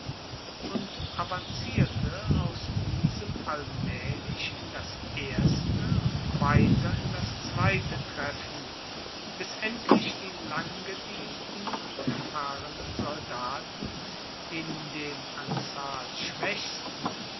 und avancierte aus diesem allmaehlich in das erste und weiter in das zweite treffen bis endlich die langgedienten und erfahrenen soldaten in dem an zahl schwaechsten